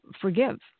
forgive